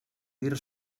dir